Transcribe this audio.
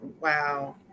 wow